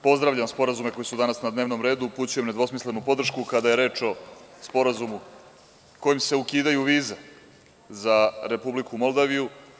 Pozdravljam sporazume koji su danas na dnevnom redu i upućujem nedvosmislenu podršku kada je reč o Sporazumu kojim se ukidaju vize za Republiku Moldaviju.